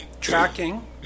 tracking